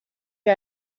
wir